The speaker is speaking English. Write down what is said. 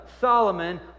Solomon